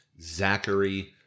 Zachary